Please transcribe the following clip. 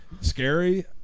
scary